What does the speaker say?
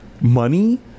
money